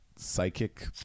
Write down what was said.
psychic